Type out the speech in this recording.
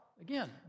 again